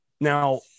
Now